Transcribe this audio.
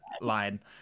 line